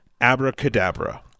Abracadabra